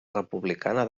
republicana